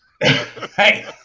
Hey